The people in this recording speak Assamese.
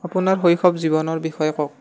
আপোনাৰ শৈশৱ জীৱনৰ বিষয়ে কওক